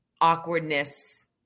awkwardness